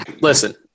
Listen